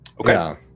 Okay